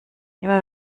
immer